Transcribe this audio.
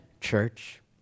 church